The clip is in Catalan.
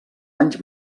anys